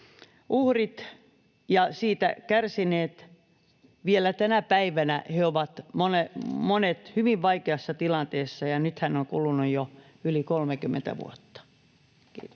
uhrit ja siitä kärsineet. Vielä tänä päivänä heistä ovat monet hyvin vaikeassa tilanteessa, ja nythän on kulunut jo yli 30 vuotta. — Kiitos.